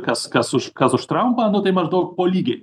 kas kas už kas už trampą nu tai maždaug po lygiai